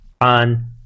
on